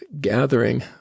gathering